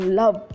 love